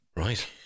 Right